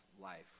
life